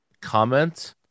comment